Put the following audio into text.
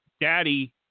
daddy